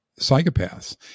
psychopaths